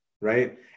right